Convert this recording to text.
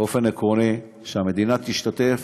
באופן עקרוני שהמדינה תשתתף